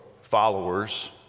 followers